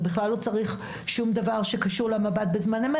הוא בכלל לא צריך שום דבר שקשור למב"ד בזמן אמת.